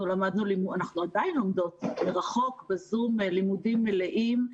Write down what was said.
אנחנו למדנו ועדיין לומדות מרחוק בזום לימודים מלאים,